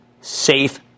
safe